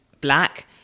black